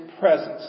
presence